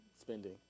spending